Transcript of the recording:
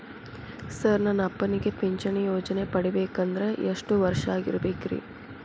Sir ನನ್ನ ಅಪ್ಪನಿಗೆ ಪಿಂಚಿಣಿ ಯೋಜನೆ ಪಡೆಯಬೇಕಂದ್ರೆ ಎಷ್ಟು ವರ್ಷಾಗಿರಬೇಕ್ರಿ?